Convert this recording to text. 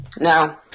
No